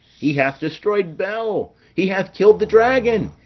he hath destroyed bel, he hath killed the dragon,